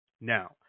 Now